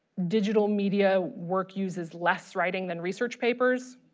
digital media work uses less writing than research papers